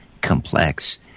complex